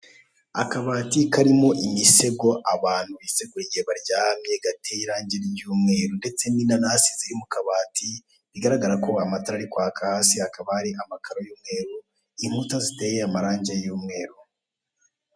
Akabati karimo imisego abantu bisegura igihe baryamye gateye irangi ry'umweru, ndetse n'inanasi ziri mu kabati bigaragara ko amatara ari kwaka hasi hakaba hari amakaro y'umweru inkuta ziteye amarangi y'umweru.